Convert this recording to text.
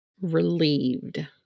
relieved